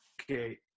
Okay